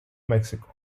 mexico